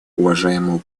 уважаемому